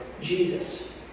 Jesus